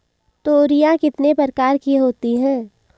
तोरियां कितने प्रकार की होती हैं?